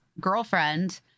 girlfriend